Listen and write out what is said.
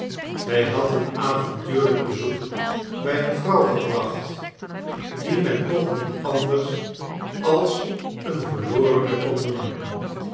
hij had een avontuurlijk bezoek bij een vrouw gebracht die men toch niet anders als een verlorene kon noemen